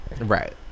Right